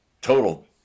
total